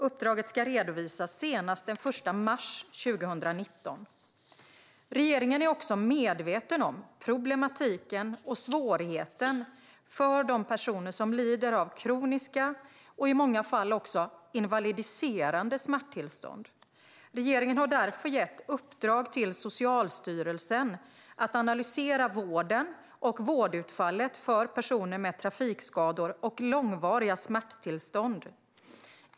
Uppdraget ska redovisas senast den 1 mars 2019. Regeringen är också medveten om problematiken och svårigheten för de personer som lider av kroniska och i många fall också invalidiserande smärttillstånd. Regeringen har därför gett Socialstyrelsen i uppdrag att analysera vården och vårdutfallet för personer med trafikskador och långvariga smärttillstånd.